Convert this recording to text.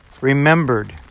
remembered